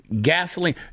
Gasoline